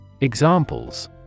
Examples